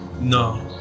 No